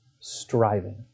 striving